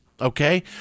Okay